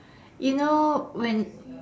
you know when